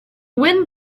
wind